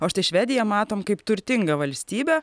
o štai švediją matom kaip turtingą valstybę